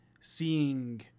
seeing